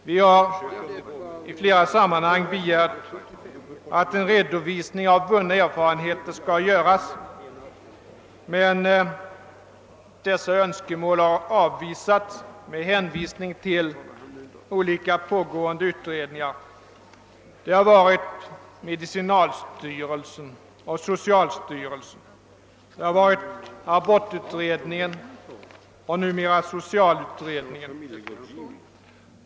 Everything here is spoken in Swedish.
Vi har i flera sammanhang begärt att en redovisning av vunna erfarenheter skall göras, men dessa önskemål har avvisats med hänvisning till olika pågående utredningar inom medicinalstyrelsen och socialstyrelsen, inom abortutredningen och senast socialutredningen.